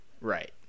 Right